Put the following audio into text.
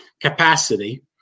capacity